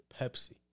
Pepsi